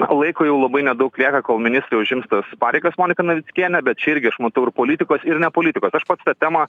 na o laiko jau labai nedaug lieka kol ministrai užims tas pareigas monika navickienė bet čia irgi aš matau ir politikos ir ne politikos aš pats tą temą